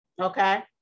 okay